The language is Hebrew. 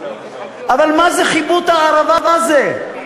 אבל מה זה חיבוט הערבה הזה?